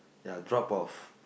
ya drop off